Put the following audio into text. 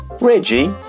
Reggie